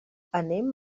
anem